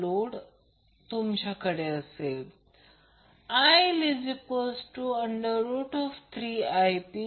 म्हणून तो फक्त Vp 2 आहे म्हणूनच तो Vp 2 3 Vp 2 आहे